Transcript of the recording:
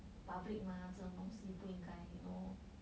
public mah 这种东西不应该 you know